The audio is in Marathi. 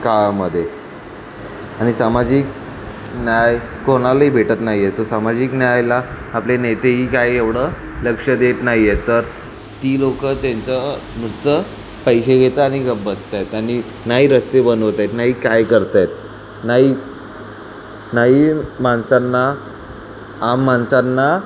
काळामध्ये आणि सामाजिक न्याय कोणालाही भेटत नाही आहे तो सामाजिक न्यायाला आपले नेतेही काय एवढं लक्ष देत नाही आहेत तर ती लोक त्यांचं नुसतं पैसे घेतात आणि गप बसत आहेत आणि नाही रस्ते बनवत आहेत नाही काय करत आहेत नाही नाही माणसांना आम माणसांना